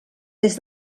des